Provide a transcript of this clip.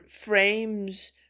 frames